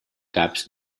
gaps